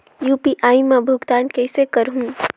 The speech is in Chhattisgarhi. यू.पी.आई मा भुगतान कइसे करहूं?